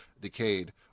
decayed